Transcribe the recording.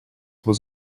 was